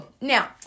Now